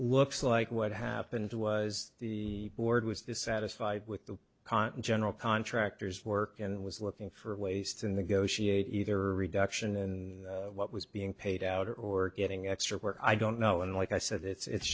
looks like what happened was the board was dissatisfied with the content general contractors work and was looking for ways to negotiate either reduction in what was being paid out or getting extra work i don't know and like i said it's